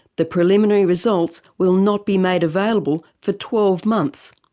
the preliminary results will not be made available for twelve months,